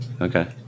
Okay